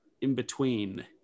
in-between